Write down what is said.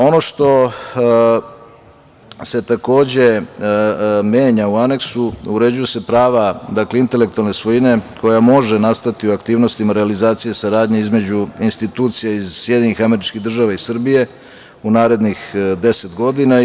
Ono što se menja u Aneksu, uređuju se prava intelektualne svojine koja mogu nastati u aktivnostima u realizaciji saradnje između institucija iz SAD i Srbije u narednih deset godina.